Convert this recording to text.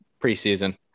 preseason